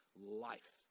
Life